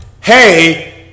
hey